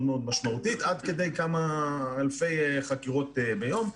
משמעותית עד כדי כמה אלפי חקירות ביום.